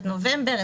את נובמבר,